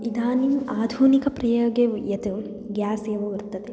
इदानीम् अधुनिकप्रयागे यत् ग्यास् एव वर्तते